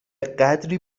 قدری